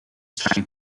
trying